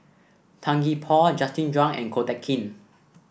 Tan Gee Paw Justin Zhuang and Ko Teck Kin